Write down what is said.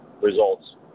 results